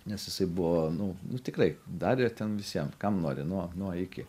nes jisai buvo nu nu tikrai darė ten visiem kam nori nuo nuo iki